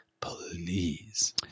please